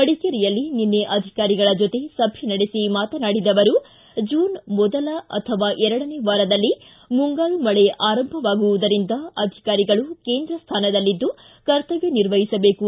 ಮಡಿಕೇರಿಯಲ್ಲಿ ನಿನ್ನೆ ಅಧಿಕಾರಿಗಳ ಜೊತೆ ಸಭೆ ನಡೆಸಿ ಮಾತನಾಡಿದ ಅವರು ಜೂನ್ ಮೊದಲ ಅಥವಾ ಎರಡನೇ ವಾರದಲ್ಲಿ ಮುಂಗಾರು ಮಳೆ ಆರಂಭವಾಗುವುದರಿಂದ ಅಧಿಕಾರಿಗಳು ಕೇಂದ್ರ ಸ್ಥಾನದಲ್ಲಿದ್ದು ಕರ್ತವ್ದ ನಿರ್ವಹಿಸಬೇಕು